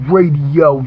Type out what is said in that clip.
Radio